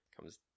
comes